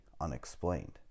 unexplained